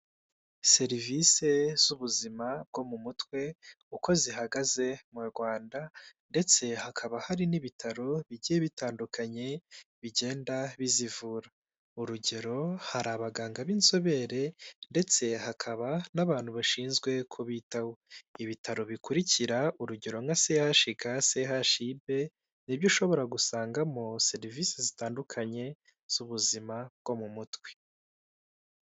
Serivise z'ubuzima bwo mu mutwe uko zihagaze mu Rwanda ndetse hakaba hari n'ibitaro bigiye bitandukanye bigenda bizivura, urugero hari abaganga b'inzobere ndetse hakaba n'abantu bashinzwe kubitaho. Ibitaro bikurikira urugero nka CHUK, CHUB ni byo ushobora gusangamo serivisi zitandukanye z'ubuzima bwo mu mutwe.